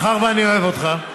מאחר שאני אוהב אותך,